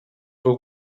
był